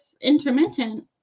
intermittent